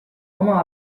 oma